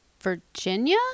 Virginia